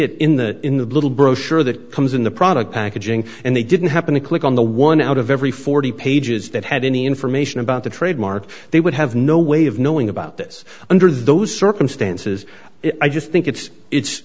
it in the in the little brochure that comes in the product packaging and they didn't happen to click on the one out of every forty pages that had any information about the trademark they would have no way of knowing about this under those circumstances i just think it's it's